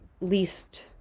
least